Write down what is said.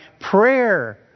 prayer